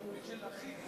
מי שלחיץ.